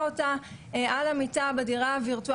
לא חלמנו בכלל שיגיעו המצבים האלה.